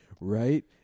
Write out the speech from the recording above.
right